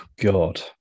God